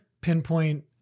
pinpoint